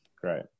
Great